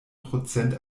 prozent